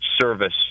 service